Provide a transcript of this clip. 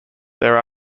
there